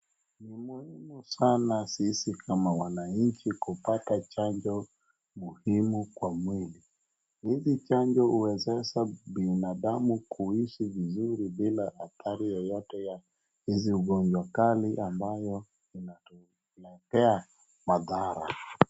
Ni muhimu sana sisi kama wananchi kupata chanjo muhimu kwa mwili. Hizi chanjo huwezesha binadamu kuishi vizuri bila athari yoyote ya hizi ungonjwa kali ambayo inatuletea madhara.